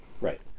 Right